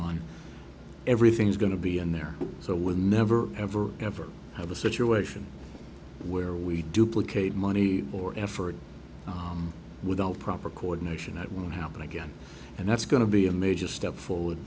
on everything's going to be and they're so would never ever ever have a situation where we duplicate money or effort without proper coordination that won't happen again and that's going to be a major step forward